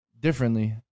differently